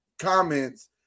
Comments